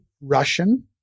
Russian